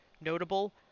notable